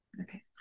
Okay